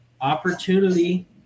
opportunity